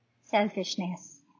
selfishness